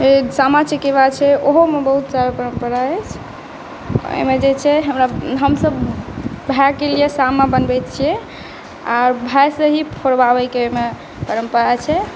फेर सामा चकेवा छै ओहोमे बहुत सारा परम्परा अछि ओहिमे जे छै हमरा हमसब भाइकेलिए सामा बनबै छिए आओर भाइसँ ही फोड़बाबैके एहिमे परम्परा छै